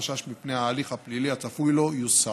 החשש מפני ההליך הפלילי הצפוי לו יוסר.